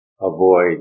Avoid